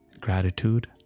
Gratitude